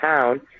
town